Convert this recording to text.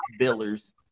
billers